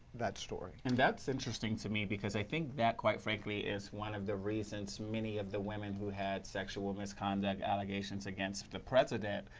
story. and that is interesting to me, because i think that, quite frankly, is one of the reasons many of the women who had sexual misconduct allegations against the president,